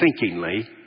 thinkingly